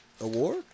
award